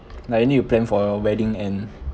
like you need to plan for your wedding and